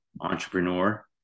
entrepreneur